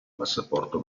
passaporto